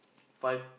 five